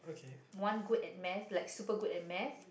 one good at math like super good at math